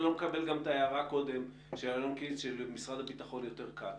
אני לא מקבל את ההערה הקודם של אלון קינסט שבמשרד הביטחון יותר קל.